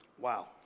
Wow